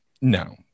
no